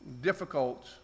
difficult